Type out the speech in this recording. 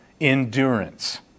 Endurance